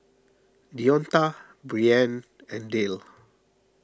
Deonta Brianne and Dale